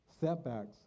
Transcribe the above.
setbacks